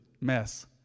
mess